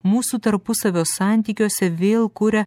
mūsų tarpusavio santykiuose vėl kuria